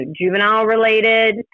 juvenile-related